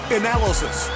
analysis